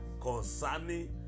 concerning